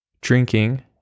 drinking